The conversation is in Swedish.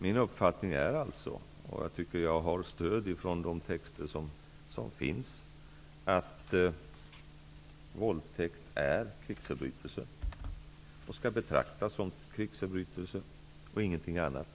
Min uppfattning är alltså -- och jag tycker jag har stöd av de texter som finns -- att våldtäkt är krigsförbrytele och skall betraktas som krigsförbrytelse och ingenting annat.